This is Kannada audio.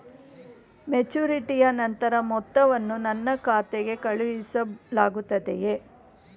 ಮೆಚುರಿಟಿಯ ನಂತರ ಮೊತ್ತವನ್ನು ನನ್ನ ಖಾತೆಗೆ ಕಳುಹಿಸಲಾಗುತ್ತದೆಯೇ?